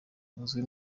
uzwi